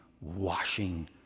washing